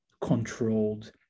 controlled